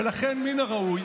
ולכן מן הראוי,